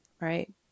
right